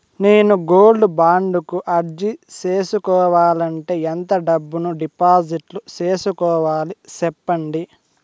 నేను gold bond కు అర్జీ సేసుకోవాలంటే ఎంత డబ్బును డిపాజిట్లు సేసుకోవాలి సెప్పండి